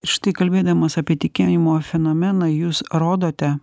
štai kalbėdamas apie tikėjimo fenomeną jūs rodote